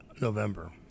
November